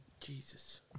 Jesus